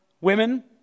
women